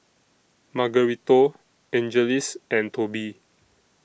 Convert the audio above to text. Margarito Angeles and Tobie